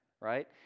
right